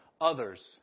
others